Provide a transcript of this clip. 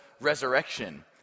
resurrection